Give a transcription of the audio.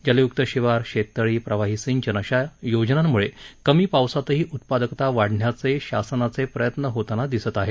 जलयुक्त शिवार शेततळी प्रवाही सिंचन अशा योजनांमुळे कमी पावसातही उत्पादकता वाढवण्याचे शासनाचे प्रयत्न यशस्वी होताना दिसत आहेत